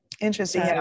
Interesting